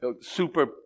super